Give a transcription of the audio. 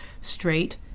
straight